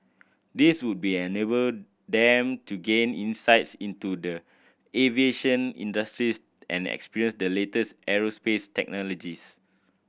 this would be enable them to gain insights into the aviation industries and experience the latest aerospace technologies